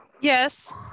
yes